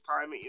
time